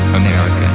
America